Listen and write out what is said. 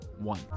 one